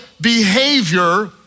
behavior